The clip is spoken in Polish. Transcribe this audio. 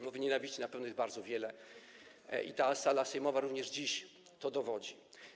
Mowy nienawiści na pewno jest bardzo wiele i ta sala sejmowa również dziś tego dowodzi.